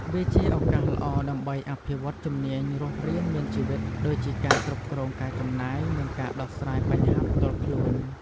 វាជាឱកាសល្អដើម្បីអភិវឌ្ឍជំនាញរស់រានមានជីវិត ដូចជាការគ្រប់គ្រងការចំណាយ និងការដោះស្រាយបញ្ហាផ្ទាល់ខ្លួន។